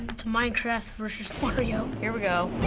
it's minecraft versus mario. here we go.